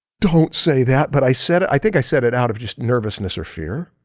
don't say that. but i said it. i think i said it out of just nervousness or fear.